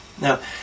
Now